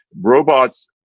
robots